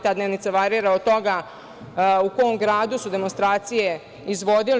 Ta dnevnica varira od toga u kom gradu su demonstracije izvodili.